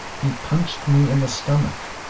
he punched me in the stomach,